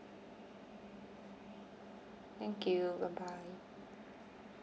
thank you bye bye